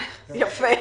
יפה.